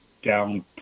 down